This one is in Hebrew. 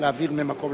התש"ע 2010 למניינם,